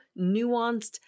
nuanced